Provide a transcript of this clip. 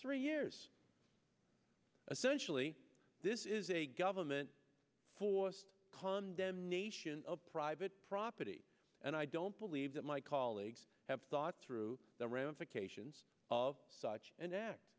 three years especially this is a government forced condemnation of private property and i don't believe that my colleagues have thought through the ramifications of such an act